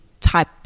type